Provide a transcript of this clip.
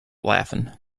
laughing